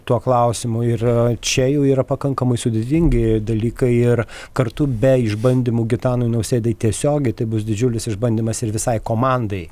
tuo klausimu ir čia jau yra pakankamai sudėtingi dalykai ir kartu be išbandymų gitanui nausėdai tiesiogiai tai bus didžiulis išbandymas ir visai komandai